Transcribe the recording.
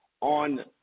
on